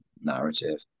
narrative